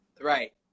Right